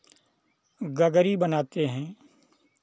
गगरी बनाते हैं